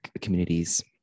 communities